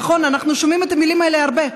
נכון, אנחנו שומעים את המילים האלה הרבה.